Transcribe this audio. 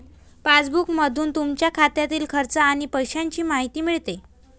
पासबुकमधून तुमच्या खात्यातील खर्च आणि पैशांची माहिती मिळते